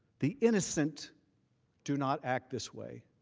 the innocent do not act this way.